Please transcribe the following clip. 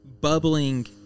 bubbling